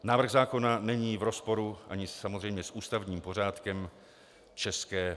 Návrh zákona není v rozporu ani samozřejmě s ústavním pořádkem ČR.